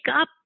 up